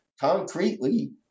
concretely